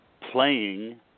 playing